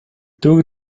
took